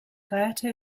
gaeta